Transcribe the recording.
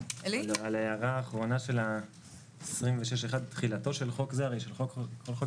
על ההערה האחרונה של 26(1) תחילתו של חוק זה הרי של כל חוק